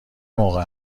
موقع